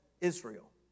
Israel